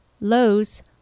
Lowe's